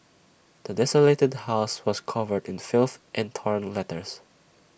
the desolated house was covered in filth and torn letters